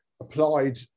Applied